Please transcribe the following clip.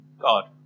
God